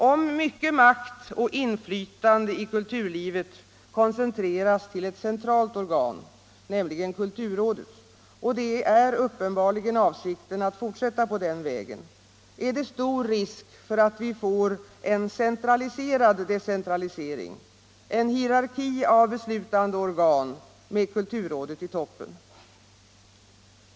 Om mycket makt och inflytande i kulturlivet koncentreras till ett centralt organ, nämligen kulturrådet — och det är uppenbarligen avsikten att fortsätta på den vägen — är det stor risk för att vi får en centraliserad decentralisering, en hierarki av beslutande organ med kulturrådet i toppen.